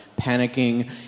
panicking